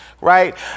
right